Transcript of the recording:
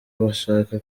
bashaka